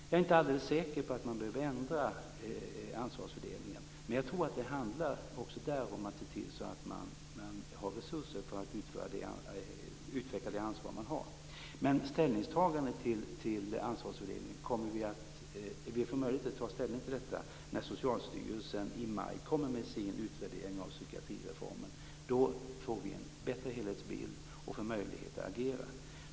Jag är inte alldeles säker på att man behöver ändra ansvarsfördelningen, men jag tror att det också där handlar om att se till att man har resurser för att utveckla det ansvar man har. Vi kommer att få möjlighet att ta ställning till detta när Socialstyrelsen i maj kommer med sin utvärdering av psykiatrireformen. Då får vi en bättre helhetsbild och får möjligheter att agera.